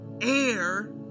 air